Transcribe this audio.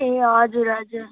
ए हजुर हजुर